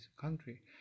country